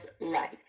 life